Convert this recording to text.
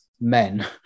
men